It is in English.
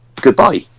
Goodbye